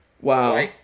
Wow